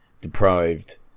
deprived